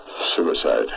Suicide